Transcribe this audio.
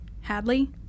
Hadley